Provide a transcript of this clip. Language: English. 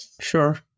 Sure